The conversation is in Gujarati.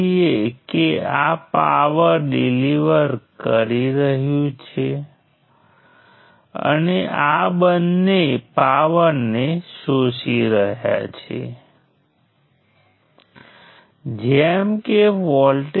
તેથી એકસાથે આપણી પાસે 2 B ઈક્વેશન્સ છે અને આને ઉકેલવાથી આપણે 2 B વેરિયેબલ્સને ઉકેલી શકીએ છીએ